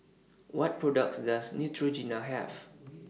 What products Does Neutrogena Have